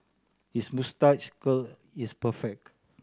his moustache curl is perfect